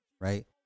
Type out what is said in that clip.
right